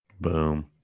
boom